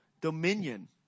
dominion